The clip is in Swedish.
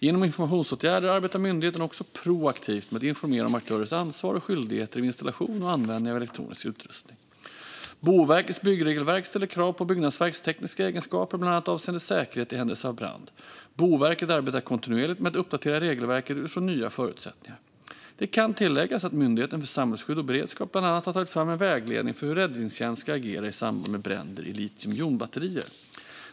Genom informationsåtgärder arbetar myndigheten också proaktivt med att informera om aktörers ansvar och skyldigheter vid installation och användning av elektronisk utrustning. Boverkets byggregelverk ställer krav på byggnadsverks tekniska egenskaper, bland annat avseende säkerhet i händelse av brand. Boverket arbetar kontinuerligt med att uppdatera regelverket utifrån nya förutsättningar. Det kan tilläggas att Myndigheten för samhällsskydd och beredskap bland annat har tagit fram en vägledning för hur räddningstjänsten ska agera i samband med bränder i litiumjonbatterier.